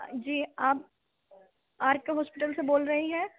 جی آپ R K hostel سے بول رہے ہیں